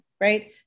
right